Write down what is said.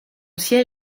siège